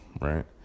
Right